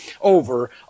over